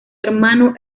hermano